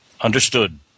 Understood